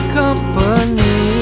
company